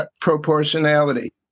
proportionality